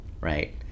right